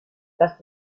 das